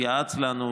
הוא יעץ לנו,